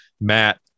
matt